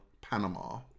Panama